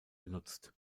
genutzt